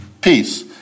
peace